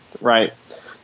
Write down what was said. right